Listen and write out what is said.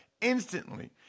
instantly